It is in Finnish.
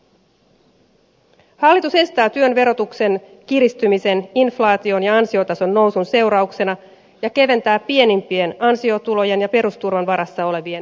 hallitus estää työn verotuksen kiristymisen inflaation ja ansiotason nousun seurauksena ja keventää pienimpien ansiotulojen ja perusturvan varassa olevien verotusta